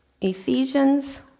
Ephesians